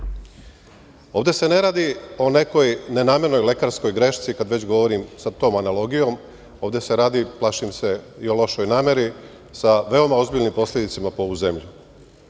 se ne radi o nekoj nenamernoj lekarskoj grešci, kad već govorim sa tom analogijom, ovde se radi, plašim se, i o lošoj nameri, sa veoma ozbiljnim posledicama po ovu zemlju.